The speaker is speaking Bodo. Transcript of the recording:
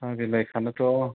साहा बिलाइ खानोथ'